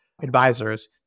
advisors